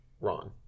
Wrong